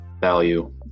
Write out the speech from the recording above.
value